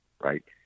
right